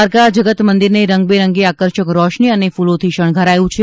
દ્વારકા જગત મંદિરને રંગબેરંગી આકર્ષક રોશની અને ફૂલોથી શણગાર્યું છે